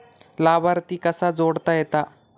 लाभार्थी कसा जोडता येता?